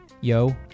Yo